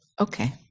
okay